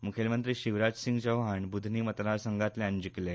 मूखेलमंत्री शिवराज सिंग चौहान बूधनी मतदारसंघातल्यान जिकले